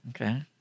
Okay